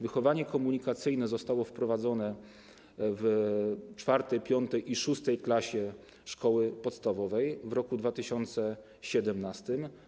Wychowanie komunikacyjne zostało wprowadzone w IV, V i VI klasie szkoły podstawowej w roku 2017.